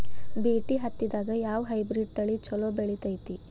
BT ಹತ್ತಿದಾಗ ಯಾವ hybrid ತಳಿ ಛಲೋ ಬೆಳಿತೈತಿ?